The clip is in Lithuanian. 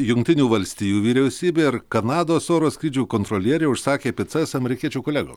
jungtinių valstijų vyriausybė ir kanados oro skrydžių kontrolieriai užsakė picas amerikiečių kolego